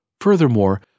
Furthermore